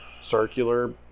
circular